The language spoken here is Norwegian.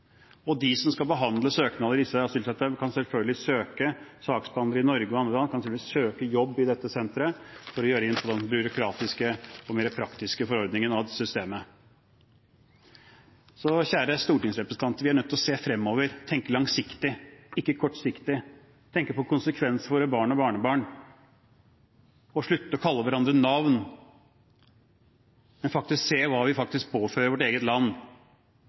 kan selvfølgelig søke jobb i slike sentre for å sørge for den byråkratiske og mer praktiske forordningen av systemet. Så kjære stortingsrepresentanter: Vi er nødt til å se fremover, tenke langsiktig, ikke kortsiktig, tenke på konsekvenser for våre barn og barnebarn og slutte å kalle hverandre navn, men faktisk se hva vi påfører vårt eget land – uten å fremstå som bedre enn andre eller dårligere enn andre, eller beskylde andre for å ha andre intensjoner enn å beskytte vårt eget land